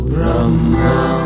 Brahma